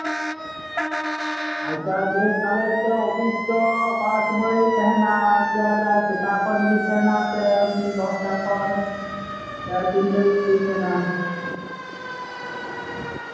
ᱟᱪᱪᱷᱟ ᱵᱮᱥ ᱚᱯᱷᱤᱥ ᱫᱚ ᱚᱠᱟ ᱥᱳᱢᱚᱭ ᱯᱮ ᱛᱟᱦᱮᱱᱟ ᱥᱮᱛᱟᱜ ᱠᱷᱚᱱ ᱡᱷᱤᱡ ᱛᱟᱦᱮᱱᱟ ᱥᱮ ᱫᱚᱥᱴᱟ ᱠᱷᱚᱱ ᱛᱤᱱ ᱜᱷᱟᱹᱲᱤᱡ ᱡᱷᱤᱡ ᱛᱟᱦᱮᱱᱟ